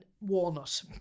walnut